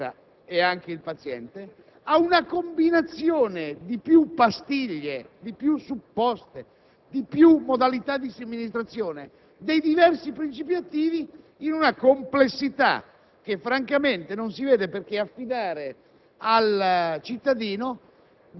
perché si fa prima, o altrimenti questo costringerebbe il farmacista e anche il paziente ad una combinazione di più pastiglie, di più supposte, di più modalità di somministrazione dei diversi principi attivi in una complessità